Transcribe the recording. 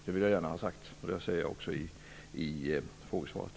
Det sade jag också i frågesvaret.